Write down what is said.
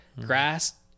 Grass